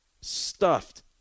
stuffed